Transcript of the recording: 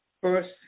first